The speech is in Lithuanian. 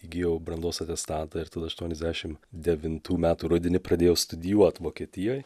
įgijau brandos atestatą ir tada aštuoniasdešim devintų metų rudenį pradėjau studijuot vokietijoj